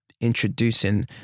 introducing